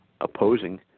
opposing